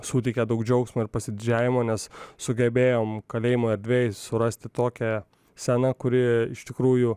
suteikia daug džiaugsmo ir pasididžiavimo nes sugebėjom kalėjimo erdvėj surasti tokią sceną kuri iš tikrųjų